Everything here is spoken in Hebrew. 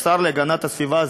השר להגנת הסביבה,